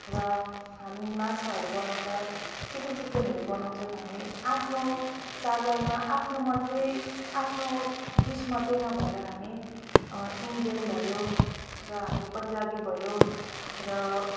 र हामी माछाहरू बनाउँछ चिल्ली चिकनहरू बनाउँछौँ हामी आफ्नो चाडबाडमा आफ्नो मात्रै आफ्नो डिस मात्रै नभएर हामी इन्डियन भयो र हामी पन्जाबी भयो र